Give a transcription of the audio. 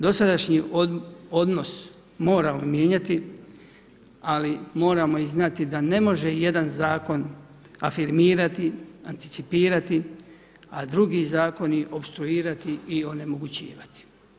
Dosadašnji odnos moramo mijenjati ali moramo i znati da ne može jedan zakon afirmirati, anticipirati, a drugi zakoni opstruirati i onemogućivati.